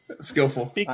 Skillful